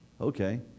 Okay